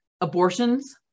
Abortions